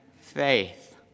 faith